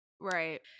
Right